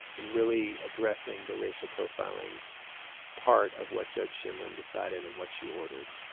in really addressing the racial profiling part of what judge sheindlin decided and what she ordered